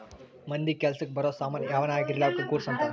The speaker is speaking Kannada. ಮಂದಿಗ ಕೆಲಸಕ್ ಬರೋ ಸಾಮನ್ ಯಾವನ ಆಗಿರ್ಲಿ ಅವುಕ ಗೂಡ್ಸ್ ಅಂತಾರ